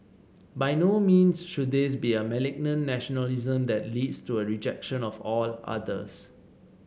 by no means should this be a malignant nationalism that leads to a rejection of all others